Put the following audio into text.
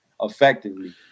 effectively